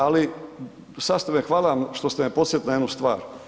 Ali sad ste me, hvala vam što ste me podsjetili na jednu stvar.